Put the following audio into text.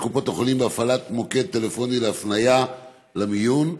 קופות החולים בהפעלת מוקד טלפוני להפניה למיון,